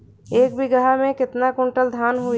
एक बीगहा में केतना कुंटल धान होई?